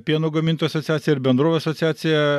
pieno gamintojų asociacija ir bendrovių asociacija